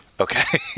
Okay